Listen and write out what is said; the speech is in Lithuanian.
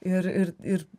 ir ir ir